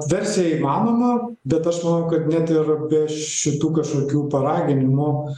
versija įmanoma bet aš manau kad net ir be šitų kažkokių paraginimų